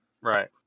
Right